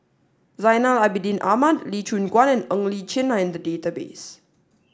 Zainal Abidin Ahmad Lee Choon Guan and Li Chin are in the database